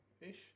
ish